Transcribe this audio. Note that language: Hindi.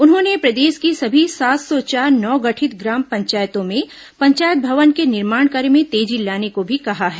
उन्होंने प्रदेश की सभी सात सौ चार नवगठित ग्राम पंचायतों में पंचायत भवन के निर्माण कार्य में तेजी लाने को भी कहा है